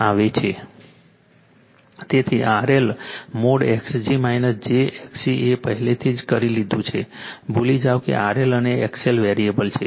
તેથી RLmod Zg j XC એ પહેલાથી જ કરી લીધું છે ભૂલી જાઓ કે RL અને XL વેરીએબલ છે